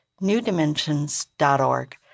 newdimensions.org